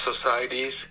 societies